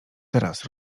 teraz